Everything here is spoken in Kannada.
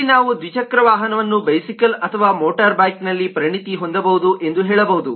ಇಲ್ಲಿ ನಾವು ದ್ವಿಚಕ್ರ ವಾಹನವನ್ನು ಬೈಸಿಕಲ್ ಅಥವಾ ಮೋಟಾರುಬೈಕ್ ನಲ್ಲಿ ಪರಿಣತಿ ಹೊಂದಬಹುದು ಎಂದು ಹೇಳಬಹುದು